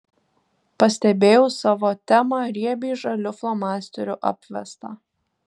pastebėjau savo temą riebiai žaliu flomasteriu apvestą